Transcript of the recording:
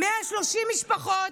136 משפחות,